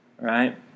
Right